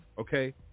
okay